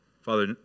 Father